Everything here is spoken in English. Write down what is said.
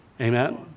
Amen